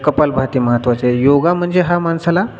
कपालभाती महत्त्वाचे आहे योगा म्हणजे हा माणसाला